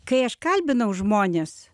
kai aš kalbinau žmones